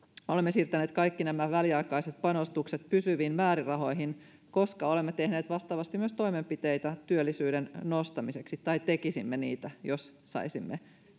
olemme siirtäneet kaikki nämä väliaikaiset panostukset pysyviin määrärahoihin koska olemme tehneet vastaavasti myös toimenpiteitä työllisyyden nostamiseksi tai tekisimme niitä jos saisimme